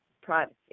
Privacy